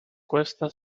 cuesta